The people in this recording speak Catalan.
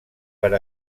per